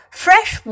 fresh